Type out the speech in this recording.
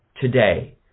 today